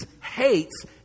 hates